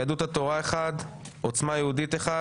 יהדות התורה אחד, עוצמה יהודית אחד